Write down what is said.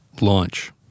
launch